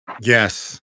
Yes